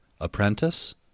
Apprentice